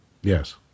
Yes